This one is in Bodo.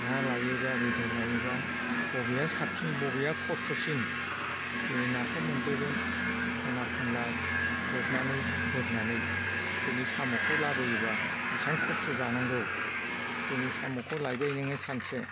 ना लायोबा बेदर लायोबा बबेया साबसिन बबेया खस्थ'सिन दिनै नाखौ मोनबोगोन ख'ना ख'नला गुरनानै बुरनानै दिनै साम'खौ लाबोयोबा बिसिबां खस्थ' जानांगौ दिनै साम'खौ लायबाय नोङो सानसे